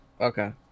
Okay